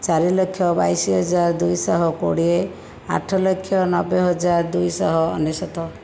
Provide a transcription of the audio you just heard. ଚାରି ଲକ୍ଷ ବାଇଶି ହଜାର ଦୁଇଶହ କୋଡ଼ିଏ ଆଠ ଲକ୍ଷ ନବେ ହଜାର ଦୁଇଶହ ଅନେଶତ